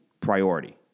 priority